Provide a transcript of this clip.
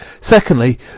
Secondly